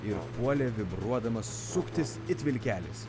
ir puolė vibruodama suktis it vilkelis